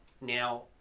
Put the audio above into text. now